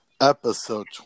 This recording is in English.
Episode